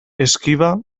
esquiva